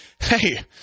hey